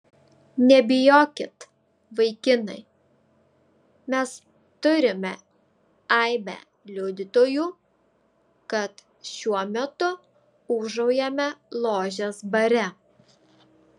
nebijokit vaikinai mes turime aibę liudytojų kad šiuo metu ūžaujame ložės bare